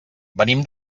venim